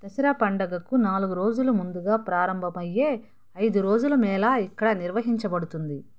దసరా పండగకు నాలుగు రోజులు ముందుగా ప్రారంభపయ్యే ఐదు రోజులు మేళా ఇక్కడ నిర్వహించబడుతుంది